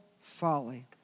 folly